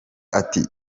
ati